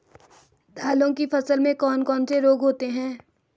दालों की फसल में कौन कौन से रोग होते हैं?